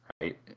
right